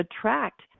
attract